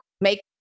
make